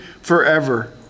forever